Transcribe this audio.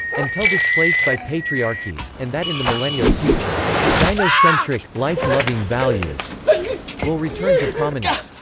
until displaced by patriarchies, and that in the millennial future gynocentric, life-loving values will return to prominence.